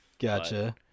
Gotcha